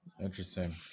interesting